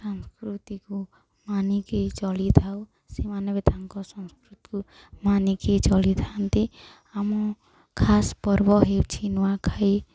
ସାସ୍କୃତିକୁ ମାନିକି ଚଳିଥାଉ ସେମାନେ ବି ତାଙ୍କ ସଂସ୍କୃତିକୁ ମାନିକି ଚଳିଥାନ୍ତି ଆମ ଖାସ ପର୍ବ ହେଉଛି ନୂଆଖାଇ